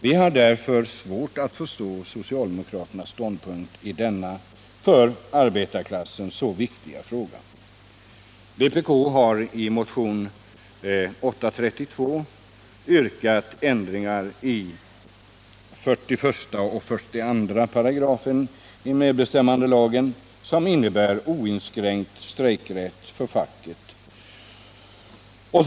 Vi har därför svårt att förstå socialdemokraternas ståndpunkt i denna för arbetarklassen så viktiga fråga. Vpk har i motionen 832 yrkat på ändringar i 41 och 42 §§ medbestämmandelagen, innebärande oinskränkt strejkrätt för facket.